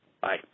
Bye